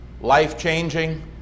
life-changing